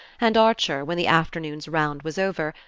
and archer, when the afternoon's round was over,